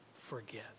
forget